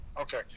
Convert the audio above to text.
Okay